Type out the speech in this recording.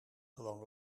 gewoon